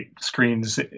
screens